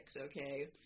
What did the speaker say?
okay